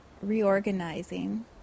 reorganizing